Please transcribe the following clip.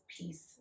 peace